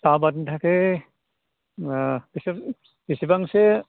साहा आबादनि थाखाय एसे एसेबांसो